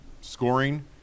scoring